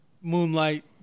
moonlight